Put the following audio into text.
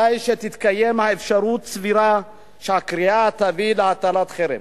די שתתקיים אפשרות סבירה שהקריאה תביא להטלת חרם,